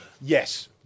Yes